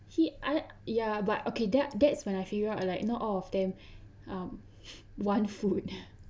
he I ya but okay that that's when I figure out like not all of them um want food